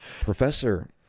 professor